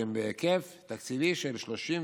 שהן בהיקף תקציבי של 37,407,815